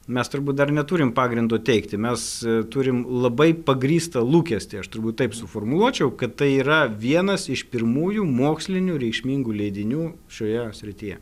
mes turbūt dar neturim pagrindo teigti mes turim labai pagrįstą lūkestį aš turbūt taip suformuluočiau kad tai yra vienas iš pirmųjų mokslinių reikšmingų leidinių šioje srityje